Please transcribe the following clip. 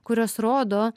kurios rodo